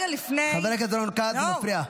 חבר הכנסת רון כץ, אתה מפריע.